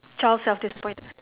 child self dissapointed